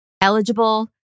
eligible